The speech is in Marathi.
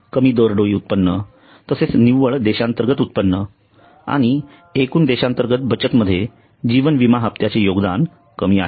कमी दरडोई उत्पन्न तसेच निव्वळ देशांतर्गत उत्पादन आणि एकूण देशांतर्गत बचत मध्ये जीवन विमा हप्त्याचे योगदान कमी आहे